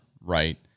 right